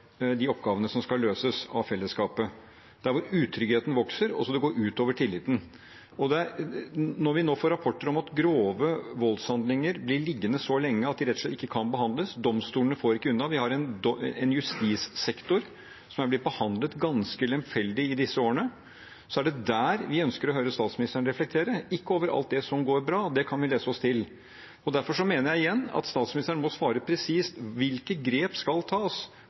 de oppgavene som skal løses av fellesskapet, der hvor utryggheten vokser, og det går ut over tilliten. Når vi nå får rapporter om at grove voldshandlinger blir liggende så lenge at de rett og slett ikke kan behandles – domstolene får dem ikke unna, vi har en justissektor som har blitt behandlet ganske lemfeldig i disse årene – er det der vi ønsker å høre statsministeren reflektere, ikke over alt det som går bra, det kan vi lese oss til. Derfor mener jeg igjen at statsministeren må svare presist: Hvilke grep skal tas